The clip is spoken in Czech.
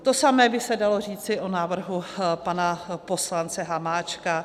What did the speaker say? To samé by se dalo říci o návrhu pana poslance Hamáčka.